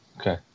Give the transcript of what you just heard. okay